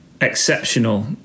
exceptional